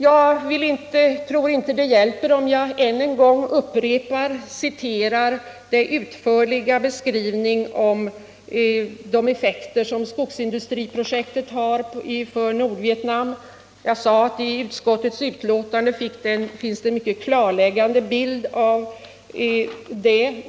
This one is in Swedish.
Jag tror inte det hjälper om jag än en gång citerar den utförliga beskrivningen av de effekter som skogsindustriprojektet har för Nordvietnam. Jag sade att det i betänkandet finns en mycket klarläggande bild av.